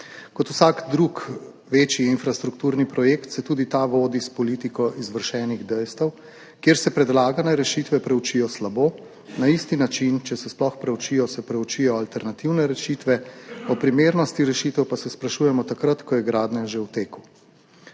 Kot vsak drug večji infrastrukturni projekt se tudi ta vodi s politiko izvršenih dejstev, kjer se predlagane rešitve preučijo slabo, na enak način, če se sploh preučijo, se preučijo alternativne rešitve, o primernosti rešitev pa se sprašujemo takrat, ko je gradnja že v teku.